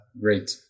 great